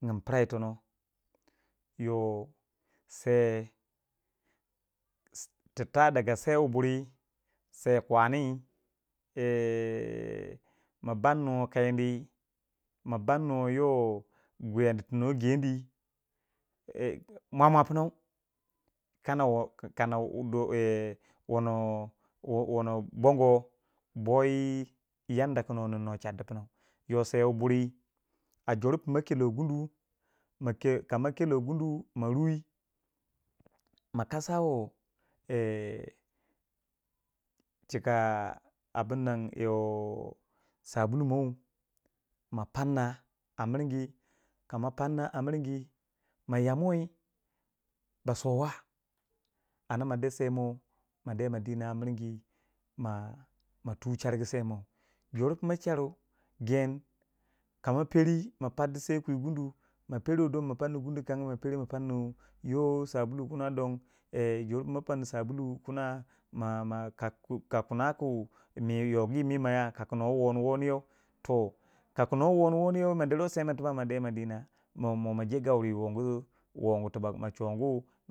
ninga pira yitono yoh sei, ti ta daga sei buri, sai kwani ma bannuma kyandi tino jewi mwa mwa punau kanayo kana wono wono bongo boyii yanda ku nuwa nyingiw nuwa chardi kina yoh sewu buri a jor pma kelo gundu ma ke ka ma kelo gundu ma ruwi ma kasawi eh chika abunnan eh tsabulu moi mma panna aminringyi ka ma panna a miringi mma yanuwi ba sokuwa anda ma de sei mou ma deh ma dina a miringe ma ma tu chargu sei mou, jor pu ma charu gen ka ma peri ma pardisai kwi gundu ma peri don ma pardi gundu wukangi ma pero don ma parnu yo sabulu kina don eh jor pu mo panna sabulu kina ma ma ka kina ku mer yogi mima ka kuno woni woni yoh toh ka kuno wo ni wo ni yo we toh ma deri sema tuback ma de ma dina ma ma jegaure wongu wongu tuback ma chongu.